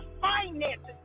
finances